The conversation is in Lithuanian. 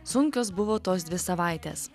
sunkios buvo tos dvi savaites